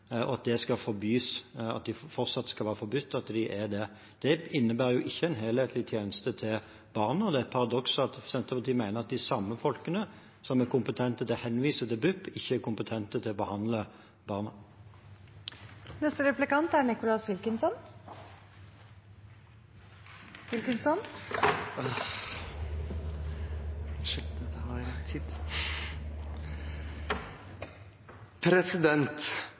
at det fortsatt skal være forbudt at de er det. Det innebærer jo ikke en helhetlig tjeneste til barna. Det er et paradoks at Senterpartiet mener at de samme personene som er kompetente til å henvise til BUP, ikke er kompetente til å behandle barna. Planen er